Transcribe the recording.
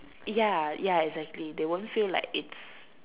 ya ya exactly they won't feel like it's